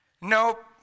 Nope